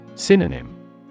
Synonym